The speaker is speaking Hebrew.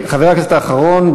חבר הכנסת האחרון,